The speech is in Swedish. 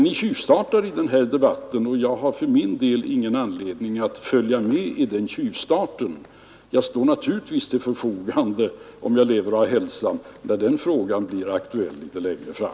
Ni tjuvstartar i den här debatten, och jag har för min del ingen anledning att följa med i den tjuvstarten. Men jag står naturligtvis till förfogande, om jag då lever och har hälsan, när frågan blir aktuell litet längre fram.